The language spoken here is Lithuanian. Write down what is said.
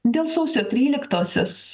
dėl sausio tryliktosios